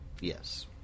Yes